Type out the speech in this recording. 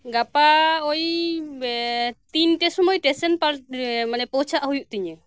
ᱜᱟᱯᱟ ᱳᱭ ᱛᱤᱱᱴᱮ ᱥᱚᱢᱚᱭ ᱥᱴᱮᱥᱮᱱ ᱯᱟᱞᱴᱮ ᱮ ᱢᱟᱱᱮ ᱯᱳᱣᱪᱷᱟᱜ ᱦᱩᱭᱩᱜ ᱛᱤᱧᱟᱹ